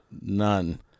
None